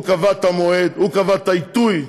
הוא קבע את המועד, הוא קבע את העיתוי.